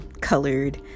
colored